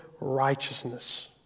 righteousness